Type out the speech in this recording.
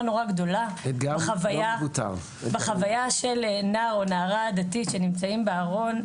גדולה בחוויה של נער או נערה דתית שנמצאים בארון,